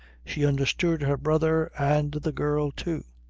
she understood her brother and the girl too.